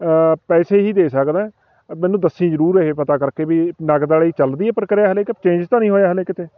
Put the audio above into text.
ਪੈਸੇ ਹੀ ਦੇ ਸਕਦਾ ਮੈਨੂੰ ਦੱਸੀਂ ਜ਼ਰੂਰ ਇਹ ਪਤਾ ਕਰਕੇ ਵੀ ਨਕਦ ਵਾਲੀ ਚੱਲਦੀ ਹੈ ਪ੍ਰਕਿਰਿਆ ਹਲੇ ਕ ਚੇਂਜ ਤਾਂ ਨਹੀਂ ਹੋਇਆ ਹਲੇ ਕਿਤੇ